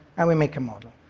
and we make a model.